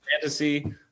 Fantasy